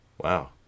Wow